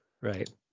Right